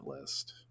list